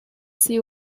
see